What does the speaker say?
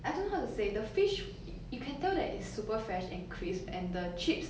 I don't know how to say the fish you can tell that it's super fresh and crisp and the chips